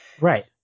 Right